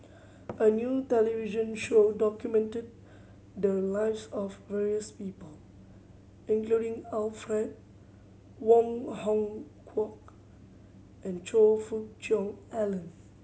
a new television show documented the lives of various people including Alfred Wong Hong Kwok and Choe Fook Cheong Alan